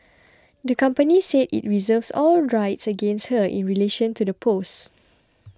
the company said it reserves all rights against her in relation to the post